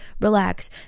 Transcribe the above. relax